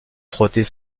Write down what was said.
frotter